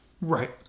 Right